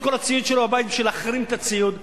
כל הציוד שלו בבית כדי להחרים את הציוד.